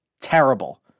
terrible